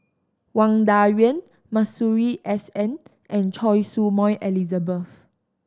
Wang Dayuan Masuri S N and Choy Su Moi Elizabeth